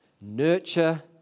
nurture